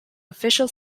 official